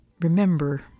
Remember